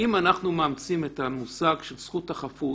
אם אנחנו מאמצים את המושג "זכות החפות"